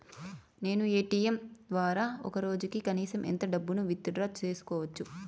నేను ఎ.టి.ఎం ద్వారా ఒక రోజుకి కనీసం ఎంత డబ్బును విత్ డ్రా సేసుకోవచ్చు?